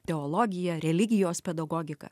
teologiją religijos pedagogiką